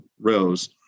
rows